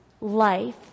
life